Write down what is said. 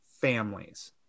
families